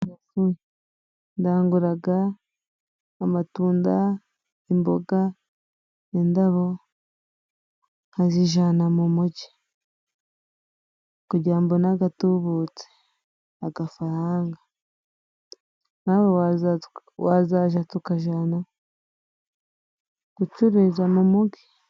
Ndangura amatunda, imboga, indabo nkazijyana mu mujyi kugira mbone agatubutse agafaranga, nawe wazaza tukajyana gucuruza mu mu mugi.